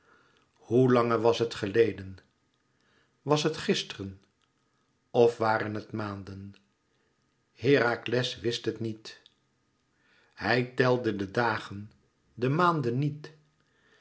hoe lange was het geleden was het gisteren of waren het maanden herakles wist het niet hij telde de dagen de maanden niet